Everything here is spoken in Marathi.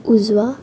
उजवा